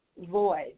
void